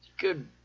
Good